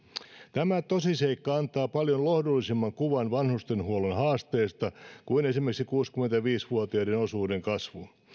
tämä tosiseikka antaa paljon lohdullisemman kuvan vanhustenhuollon haasteista kuin esimerkiksi kuusikymmentäviisi vuotiaiden osuuden kasvu